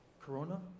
corona